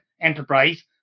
enterprise